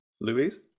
Louise